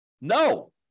No